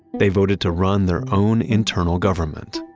they voted to run their own internal government